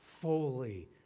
fully